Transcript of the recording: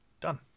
Done